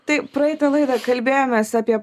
tai praeitą laidą kalbėjomės apie